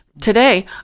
Today